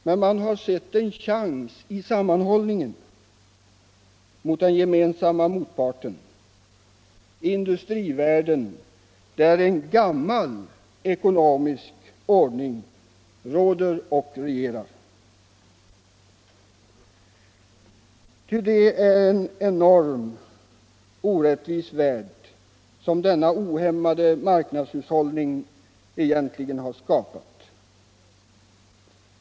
Men man har sett en chans i sammanhållningen mot den gemensamma motparten, industrivärlden, där en gammal ekonomisk ordning råder och regerar. Ty det är en enormt orättvis värld som denna ohämmade marknadshushållning egentligen har skapat.